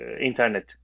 internet